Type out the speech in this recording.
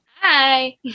Hi